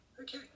okay